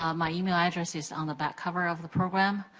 um my email address is on the back cover of the program.